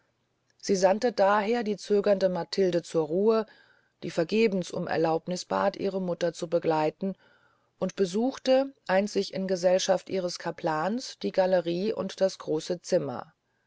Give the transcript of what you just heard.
sie sandte daher die zögernde matilde zur ruhe die vergebens um erlaubniß bat ihre mutter zu begleiten und besuchte einzig in gesellschaft ihres capellans die gallerie und das große zimmer